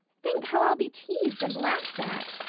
think how i'll be teased and laughed at!